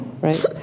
right